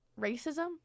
racism